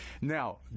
now